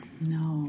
No